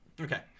Okay